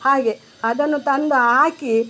ಹಾಗೆ ಅದನ್ನು ತಂದು ಹಾಕಿ